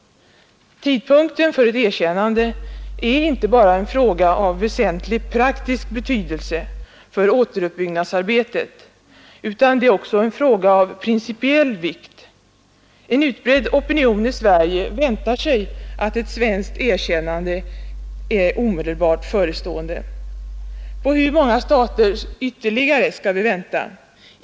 Tidpunkten för ett erkännande är inte bara en fråga av väsentlig praktisk betydelse för återuppbyggnadsarbetet utan också en fråga av principiell vikt. En utbredd opinion i Sverige väntar sig att ett svenskt erkännande är omedelbart förestående. På hur många stater ytterligare skall vi vänta?